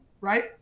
Right